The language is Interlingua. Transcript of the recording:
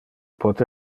pote